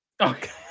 Okay